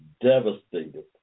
devastated